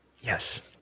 Yes